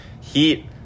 Heat